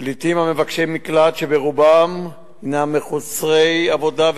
פליטים המבקשים מקלט שברובם מחוסרי עבודה,